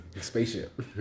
Spaceship